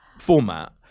format